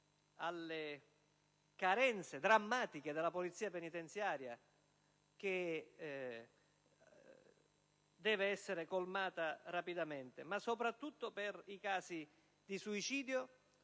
alle carenze drammatiche della polizia penitenziaria, che devono essere colmate rapidamente, ma soprattutto per i casi di suicidio,